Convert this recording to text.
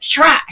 try